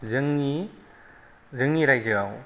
जोंनि जोंनि राइजोयाव